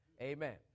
Amen